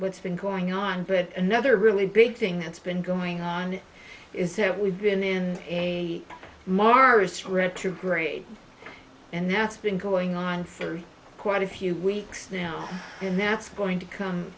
what's been going on but another really big thing that's been going on is that we've been in a mars retrograde and that's been going on for quite a few weeks now and that's going to come